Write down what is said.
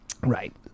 Right